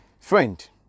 Friend